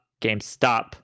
GameStop